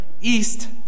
east